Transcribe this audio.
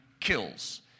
kills